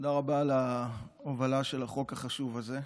תודה רבה על ההובלה של החוק החשוב הזה.